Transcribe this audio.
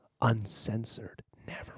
uncensored—never